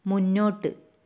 മുന്നോട്ട്